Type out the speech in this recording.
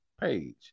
page